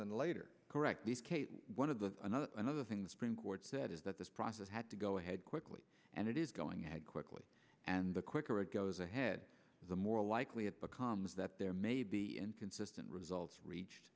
than later correct the skate one of the another another thing the spring board said is that this process had to go ahead quickly and it is going add quickly and the quicker it goes ahead the more likely it coms that there may be inconsistent results reached